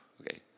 Okay